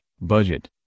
Budget